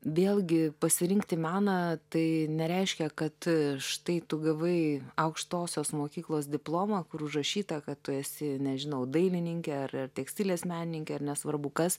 vėlgi pasirinkti meną tai nereiškia kad štai tu gavai aukštosios mokyklos diplomą kur užrašyta kad tu esi nežinau dailininkė ar ar tekstilės menininkė ar nesvarbu kas